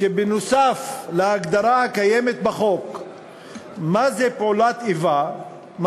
שנוסף על ההגדרה הקיימת בחוק לפעולת איבה,